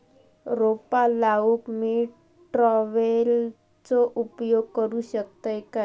रोपा लाऊक मी ट्रावेलचो उपयोग करू शकतय काय?